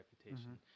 reputation